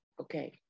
Okay